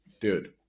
dude